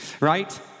right